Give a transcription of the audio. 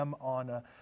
on